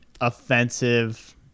offensive